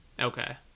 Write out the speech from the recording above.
Okay